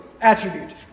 attribute